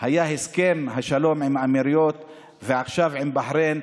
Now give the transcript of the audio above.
היה הסכם השלום עם האמירויות ועכשיו עם בחריין.